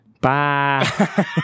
Bye